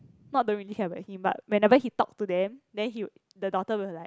not don't really care about him but whenever he talk to them then he the daughter will like